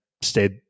stayed